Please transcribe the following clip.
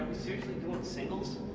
seriously doing singles?